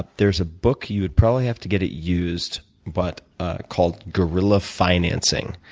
there's a book you would probably have to get it used but ah called guerrilla financing,